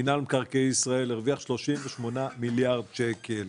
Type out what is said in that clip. מינהל מקרקעי ישראל הרוויח 38 מיליארד שקלים